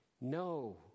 No